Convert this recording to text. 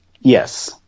Yes